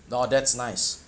oh that's nice